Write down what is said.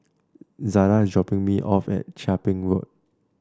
Zada is dropping me off at Chia Ping Road